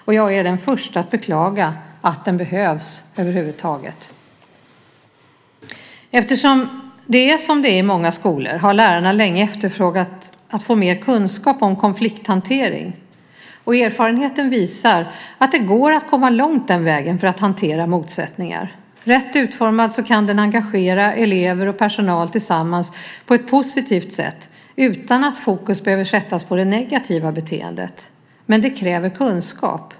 Och jag är den första att beklaga att den behövs över huvud taget. Eftersom det är som det är i många skolor, har lärarna länge efterfrågat att få mer kunskap om konflikthantering. Erfarenheten visar att det går att komma långt den vägen för att hantera motsättningar. Rätt utformad kan den engagera elever och personal tillsammans på ett positivt sätt utan att fokus behöver sättas på det negativa beteendet, men det kräver kunskap.